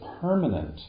permanent